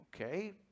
Okay